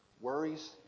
worries